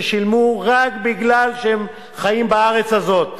ששילמו רק כי הם חיים בארץ הזאת,